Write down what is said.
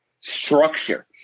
structure